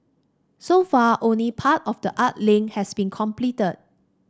so far only part of the art link has been completed